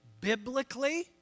biblically